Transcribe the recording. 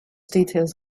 details